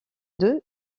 deux